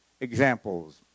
examples